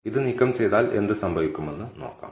ഇത് നീക്കം ചെയ്താൽ എന്ത് സംഭവിക്കുമെന്ന് നോക്കാം